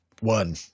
One